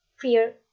fear